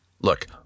Look